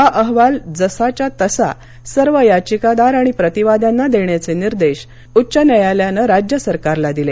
हा अहवाल जसाच्या तसा सर्व याचिकादार आणि प्रतिवाद्यांना देण्याचे निर्देश उच्च न्यायालयानं राज्य सरकारला दिले